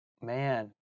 Man